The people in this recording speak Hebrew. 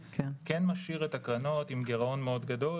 משאיר את הקרנות עם גירעון גדול מאוד,